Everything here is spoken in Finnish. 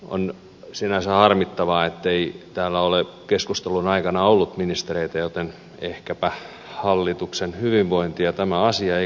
on sinänsä harmittavaa ettei täällä ole keskustelun aikana ollut ministereitä joten ehkäpä hallituksen hyvinvointia tämä asia ei kovasti kiinnosta